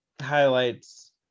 highlights